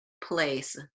place